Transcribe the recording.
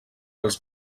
als